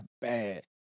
bad